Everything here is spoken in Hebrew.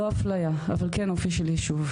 לא אפליה, אבל כן אופי של יישוב.